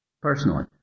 personally